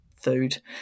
food